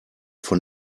von